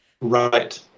Right